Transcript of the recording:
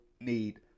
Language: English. Need